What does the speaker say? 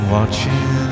Watching